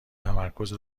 تمرکز